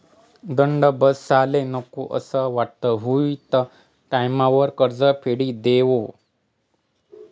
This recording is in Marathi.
दंड बसाले नको असं वाटस हुयी त टाईमवर कर्ज फेडी देवो